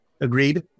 Agreed